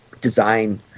design